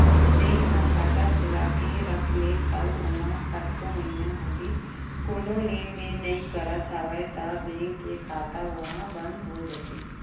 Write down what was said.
bank म खाता खोलाके के रख लेस अउ ओमा कतको महिना होगे कोनो लेन देन नइ करत हवस त बेंक के खाता ओहा बंद हो जाथे